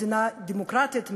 מדינה דמוקרטית,